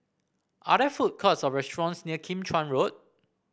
are there food courts or restaurants near Kim Chuan Road